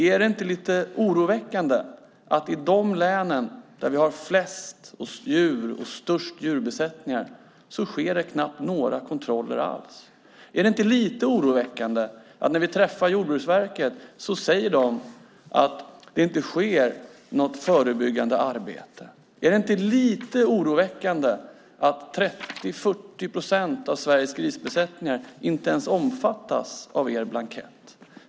Är det inte lite oroväckande att i de län där vi har flest djur och störst djurbesättningar sker det knappt några kontroller alls? Är det inte lite oroväckande att när vi träffar Jordbruksverket så säger man att det inte sker något förebyggande arbete? Är det inte lite oroväckande att 30-40 procent av Sveriges grisbesättningar inte ens omfattas av er blankett?